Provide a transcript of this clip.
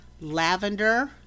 lavender